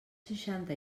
seixanta